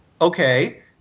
Okay